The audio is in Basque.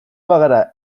bagara